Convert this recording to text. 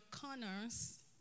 corners